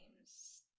games